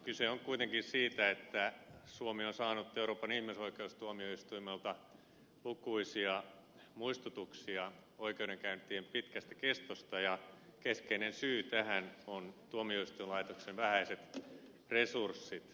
kyse on kuitenkin siitä että suomi on saanut euroopan ihmisoikeustuomioistuimelta lukuisia muistutuksia oikeudenkäyntien pitkästä kestosta ja keskeinen syy tähän on tuomioistuinlaitoksen vähäiset resurssit